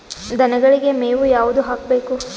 ದನಗಳಿಗೆ ಮೇವು ಯಾವುದು ಹಾಕ್ಬೇಕು?